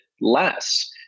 less